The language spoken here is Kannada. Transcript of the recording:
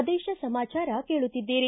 ಪ್ರದೇಶ ಸಮಾಚಾರ ಕೇಳುತ್ತಿದ್ದೀರಿ